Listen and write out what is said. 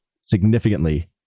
significantly